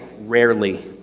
rarely